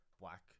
Black